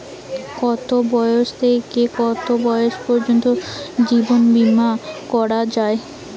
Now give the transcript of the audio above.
কতো বয়স থেকে কত বয়স পর্যন্ত জীবন বিমা করা যায়?